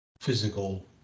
physical